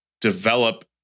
develop